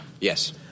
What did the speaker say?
Yes